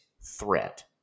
threat